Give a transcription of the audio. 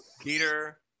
Peter